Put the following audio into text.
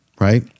right